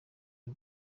y’u